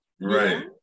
Right